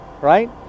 right